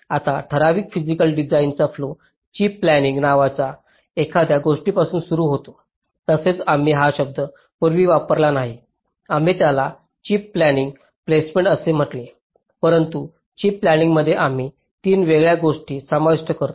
आता ठराविक फिजिकल डिझाइनचा फ्लो चिप प्लॅनिंग नावाच्या एखाद्या गोष्टीपासून सुरू होतो तसेच आम्ही हा शब्द पूर्वी वापरला नाही आम्ही त्याला चिपप्लानिंग प्लेसमेंट असे म्हटले परंतु चिप प्लॅनिंगमध्ये आम्ही 3 वेगळ्या गोष्टी समाविष्ट करतो